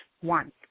one